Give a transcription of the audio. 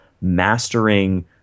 mastering